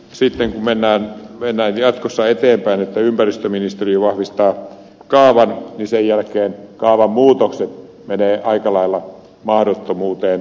sitten kun mennään jatkossa eteenpäin että ympäristöministeriö vahvistaa kaavan niin sen jälkeen kaavanmuutokset menevät aika lailla mahdottomuuteen